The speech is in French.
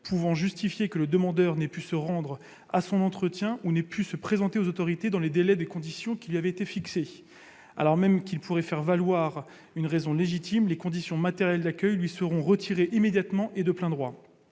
pouvant justifier que le demandeur n'ait pu se rendre à son entretien ou n'ait pu se présenter aux autorités dans les délais et conditions qui lui avaient été fixés. Alors même qu'il pourrait faire valoir une raison légitime, les conditions matérielles d'accueil lui seront retirées immédiatement et de plein droit.